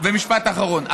משפט אחרון.